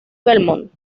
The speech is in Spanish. belmont